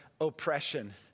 oppression